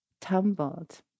tumbled